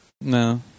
No